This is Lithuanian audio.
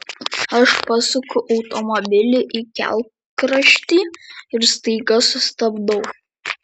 aš pasuku automobilį į kelkraštį ir staiga sustabdau